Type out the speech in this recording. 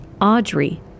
Audrey